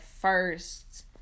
first